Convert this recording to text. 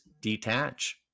detach